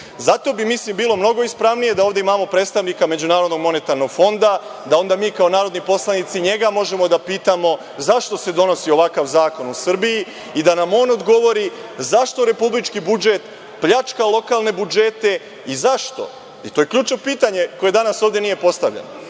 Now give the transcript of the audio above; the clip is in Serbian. Zato bi, mislim, bilo mnogo ispravnije da ovde imamo predstavnika MMF-a, da onda mi kao narodni poslanici njega možemo da pitamo zašto se donosi ovakav zakon u Srbiji, da nam on odgovori zašto republički budžet pljačka lokalne budžete i zašto, to je ključno pitanje koje danas ovde nije postavljeno,